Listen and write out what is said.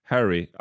Harry